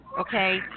Okay